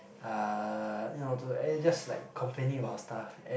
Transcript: uh you know to eh just like complaining about stuff and